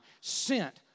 sent